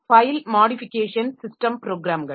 file modification system ப்ரோக்ராம்கள்